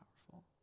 powerful